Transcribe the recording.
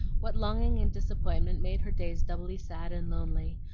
what longing and disappointment made her days doubly sad and lonely,